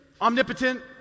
omnipotent